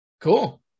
Cool